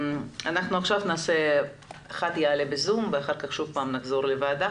עכשיו דובר אחד יעלה בזום ולאחר מכן שוב נחזור לוועדה.